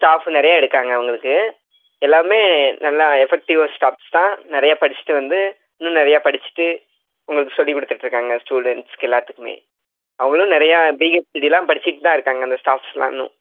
staff நிறையா இருக்காங்க அவங்களுக்கு எல்லோருமே நல்லா எஃபெக்ட்டிவஸ் ஸ்டாஃப்ஸ் தான் நிறைய படித்துட்டு வந்து இன்னும் நிறைய படித்துட்டு உங்களுக்கு சொல்லிக் கொடுத்துட்ருக்காங்க ஸ்டூடெண்ட்ஸ் எல்லாத்துக்குமே அவங்களும் நிறையா பிஹச்சிடிலாம் படித்துட்டு தான் இருக்காங்க இந்த ஸ்டாஃப்ஸ்லாம் இன்னும்